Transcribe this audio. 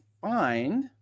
find